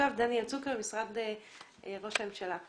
דניאל צוקר ממשרד ראש הממשלה.